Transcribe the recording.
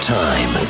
time